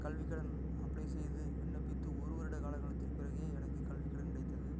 கல்விக்கடன் அப்ளை செய்து விண்ணப்பித்து ஒரு வருட காலம் கழித்த பிறகே எனக்கு கல்விக் கடன் கிடைத்தது